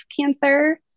cancer